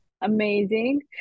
amazing